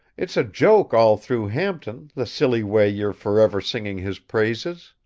it's a joke all through hampton, the silly way you're forever singing his praises.